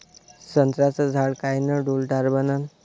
संत्र्याचं झाड कायनं डौलदार बनन?